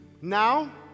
Now